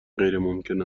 غیرممکن